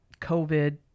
COVID